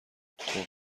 خوب